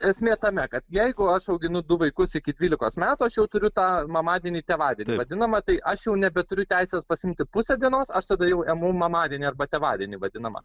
esmė tame kad jeigu aš auginu du vaikus iki dvylikos metų aš jau turiu tą mamdienį tėvadienį vadinamą tai aš jau nebeturiu teisės pasiimti pusę dienos aš tada jau imu mamadienį arba tėvadienį vadinamą